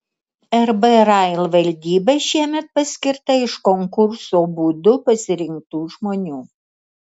rb rail valdyba šiemet paskirta iš konkurso būdu pasirinktų žmonių